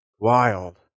Wild